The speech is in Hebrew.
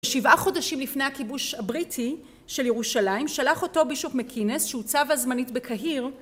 שבעה חודשים לפני הכיבוש הבריטי של ירושלים שלח אותו בישוף מקינס שהוצב אז זמנית בקהיר